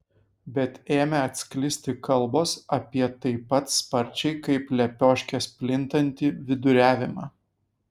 bet ėmė atsklisti kalbos apie taip pat sparčiai kaip lepioškės plintantį viduriavimą